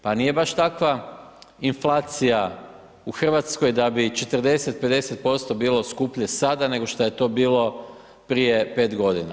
Pa nije baš takva inflacija u Hrvatskoj da bi 40, 50% bilo skuplje sada, nego što je to bilo prije 5 godina.